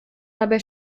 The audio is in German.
dabei